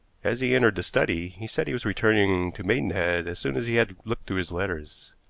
as he entered the study, he said he was returning to maidenhead as soon as he had looked through his letters.